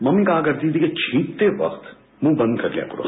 mummy कहा करती थीं कि छींकते वक्त मुंह बंद कर लिया करो